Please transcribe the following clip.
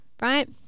right